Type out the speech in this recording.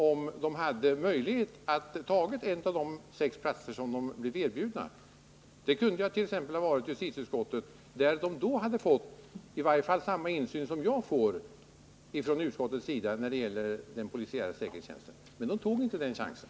Om vpk hade accepterat de sex platser som erbjöds partiet kunde ju en av dessa platser ha varit just i justitieutskottet. Man hade då fått i varje fall samma insyn i den polisiära säkerhetstjänsten som jag får. Men vpk tog inte den chansen.